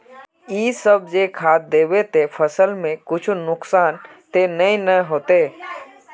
इ सब जे खाद दबे ते फसल में कुछ नुकसान ते नय ने होते